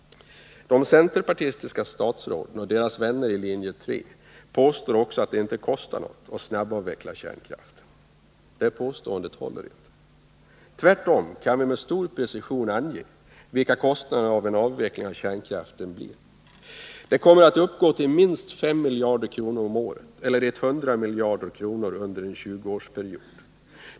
De centerpartistiska statsråden och deras vänner i linje 3 påstår också att det inte kostar något att snabbavveckla kärnkraften. Detta påstående håller inte. Tvärtom kan vi med ganska stor precision ange vilka kostnaderna för en avveckling av kärnkraften blir. De kommer att uppgå till minst 5 miljarder kronor om året eller 100 miljarder under en 20-årsperiod.